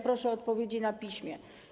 Proszę o odpowiedzi na piśmie.